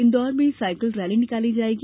इंदौर में cycle rally निकाली जायेगी